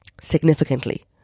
Significantly